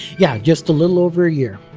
yeah, just a little over a year.